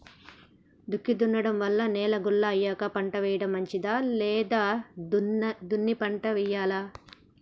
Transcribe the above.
దుక్కి దున్నడం వల్ల నేల గుల్ల అయ్యాక పంట వేయడం మంచిదా లేదా దున్ని పంట వెయ్యాలా?